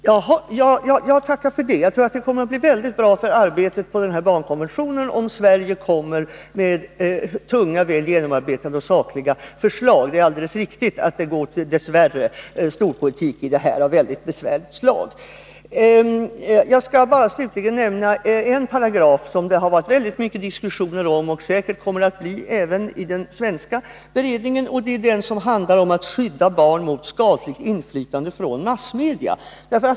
Fru talman! Jag tackar för det svaret. Jag tror att det kommer att bli mycket bra för arbetet med konventionen om Sverige kommer med tunga, väl genomarbetade och sakliga förslag. Det är alldeles riktigt att det dess värre gått storpolitik i arbetet, och det är mycket besvärande. Jag skall slutligen bara nämna en paragraf, som det har varit mycket diskussioner om och som det säkert också kommer att bli diskussion om i den svenska beredningen, nämligen den paragraf som handlar om att skydda barn mot skadligt inflytande från massmedia.